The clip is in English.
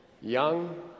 Young